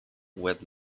with